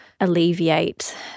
alleviate